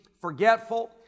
forgetful